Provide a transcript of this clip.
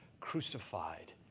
crucified